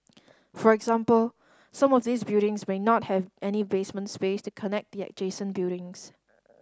for example some of these buildings may not have any basement space to connect the adjacent buildings